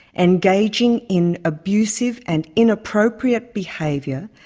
engaging in abusive and inappropriate behaviour,